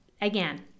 again